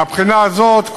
מהבחינה הזאת,